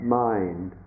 mind